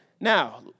Now